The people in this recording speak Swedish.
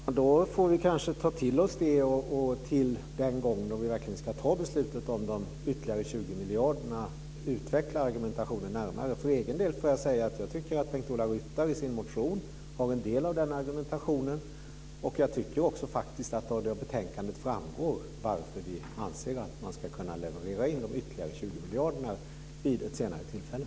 Fru talman! Då får vi kanske ta till oss det till den gången - om vi verkligen ska fatta beslutet om de ytterligare 20 miljarderna - och utveckla argumentationen närmare. För egen del får jag säga att jag tycker att Bengt-Ola Ryttar i sin motion har en del av denna argumentation. Jag tycker faktiskt också att det framgår av betänkandet varför vi anser att man ska kunna leverera in de ytterligare 20 miljarderna vid ett senare tillfälle.